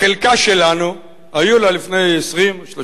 החלקה שלנו, היו לה לפני 20 30 שנה,